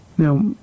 Now